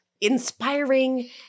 inspiring